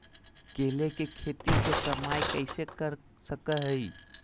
केले के खेती से कमाई कैसे कर सकय हयय?